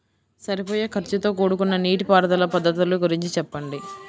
సరిపోయే ఖర్చుతో కూడుకున్న నీటిపారుదల పద్ధతుల గురించి చెప్పండి?